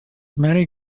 many